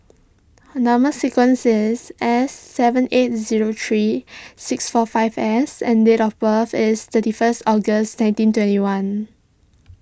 Number Sequence is S seven eight zero three six four five S and date of birth is thirty first August nineteen twenty one